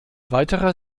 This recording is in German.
weiterer